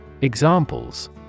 Examples